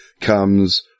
comes